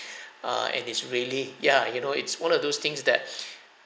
err and it's really ya and you know it's one of those things that